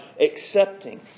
accepting